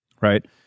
right